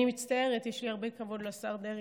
אני מצטערת, יש לי הרבה כבוד לשר דרעי,